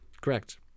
Correct